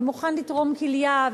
ומוכן לתרום כליה,